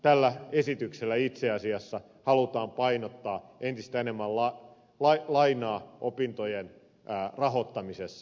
tällä esityksellä itse asiassa halutaan painottaa entistä enemmän lainaa opintojen rahoittamisessa